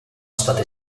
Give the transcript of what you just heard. state